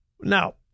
Now